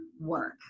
work